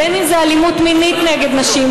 בין שזה אלימות מינית נגד נשים,